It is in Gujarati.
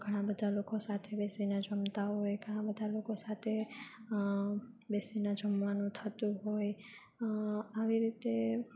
ઘણા બધા લોકો સાથે બેસીને જમતા હોય ઘણા બધા લોકો સાથે બેસીને જમવાનું થતું હોય આવી રીતે